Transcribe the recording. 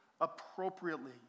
appropriately